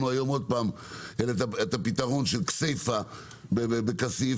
היום עוד פעם את הפתרון של כסייפה בכסיף,